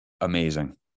amazing